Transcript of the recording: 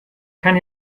kann